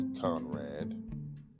Conrad